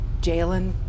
Jalen